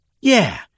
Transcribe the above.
Yeah